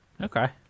Okay